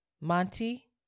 Monty